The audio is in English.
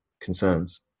concerns